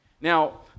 Now